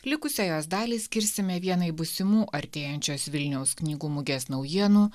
likusią jos dalį skirsime vienai būsimų artėjančios vilniaus knygų mugės naujienų